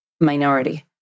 minority